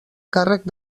càrrec